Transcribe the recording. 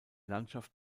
landschaft